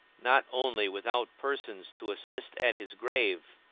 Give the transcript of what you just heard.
not only without persons to assist at his grave